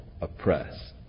oppress